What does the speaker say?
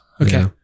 Okay